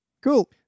Cool